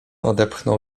odepchnął